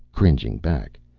cringing back.